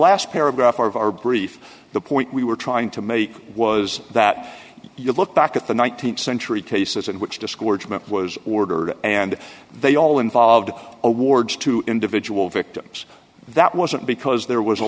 last paragraph or of our brief the point we were trying to make was that if you look back at the th century cases in which discouragement was ordered and they all involved awards to individual victims that wasn't because there was a